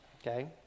Okay